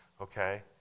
Okay